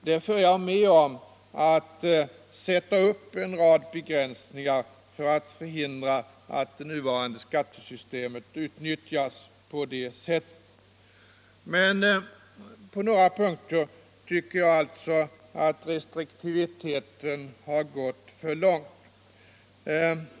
Därför är jag med på att sätta upp en rad begränsningar för att förhindra att det nuvarande skattesystemet utnyttjas på det sättet. Men på några punkter tycker jag alltså att restriktiviteten har gått för långt.